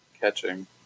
catching